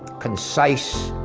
concise,